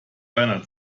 deiner